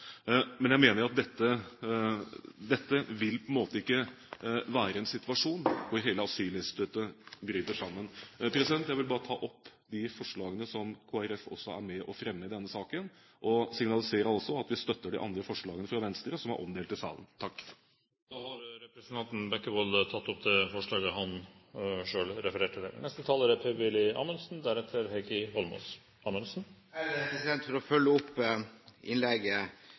men jeg mener at dette ikke vil være en situasjon hvor hele asylinstituttet bryter sammen. President, jeg vil bare ta opp det forslaget som Kristelig Folkeparti også er med på i denne saken, og signaliserer altså at vi støtter de andre forslagene fra Venstre, som er omdelt i salen. Representanten Bekkevold har tatt opp det forslaget han refererte til. For å følge opp innlegget